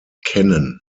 kennen